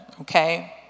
Okay